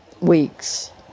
weeks